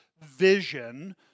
vision